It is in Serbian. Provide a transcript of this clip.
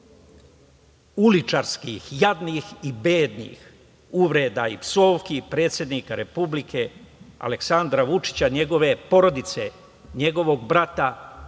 uličarskih, jadnih i bednih uvreda i psovki predsednika Republike Aleksandra Vučića i njegove porodice, njegovog brata i